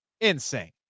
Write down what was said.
insane